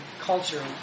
culture